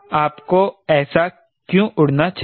आपको ऐसा क्यों उड़ना चाहिए